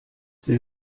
will